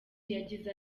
yagize